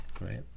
right